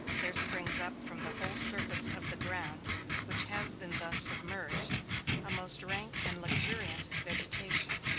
there springs up from the whole surface of the ground which has been thus submerged a most rank and luxuriant vegetation.